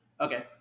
Okay